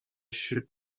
should